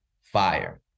fire